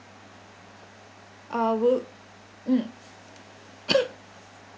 uh will mm